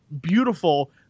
beautiful